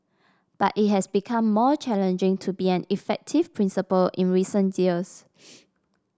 but it has become more challenging to be an effective principal in recent years